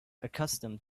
accustomed